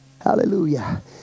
Hallelujah